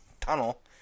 tunnel